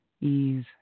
Ease